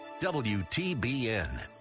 WTBN